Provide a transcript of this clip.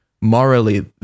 morally